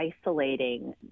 isolating